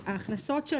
ההכנסות של